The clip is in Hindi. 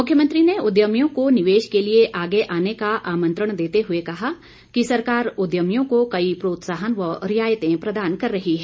मुख्यमंत्री ने उद्यमियों को निवेश के लिए आगे आने का आमंत्रण देते हुए कहा कि सरकार उद्यमियों को कई प्रोत्साहन व रियायतें प्रदान कर रही है